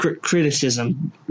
criticism